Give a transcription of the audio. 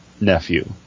nephew